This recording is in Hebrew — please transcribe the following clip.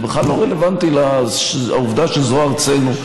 זה בכלל לא רלוונטי לעובדה שזו ארצנו,